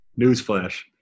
Newsflash